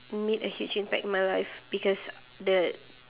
made a huge impact in my life because the